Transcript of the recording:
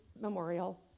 memorial